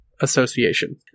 Association